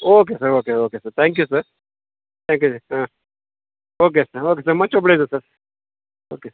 okay sir okay okay sir thank you sir thank you ಹಾಂ okay sir okay sir much obliged sir okay